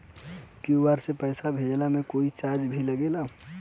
QR से पैसा भेजला के कोई चार्ज भी लागेला?